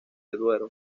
duero